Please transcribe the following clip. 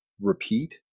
repeat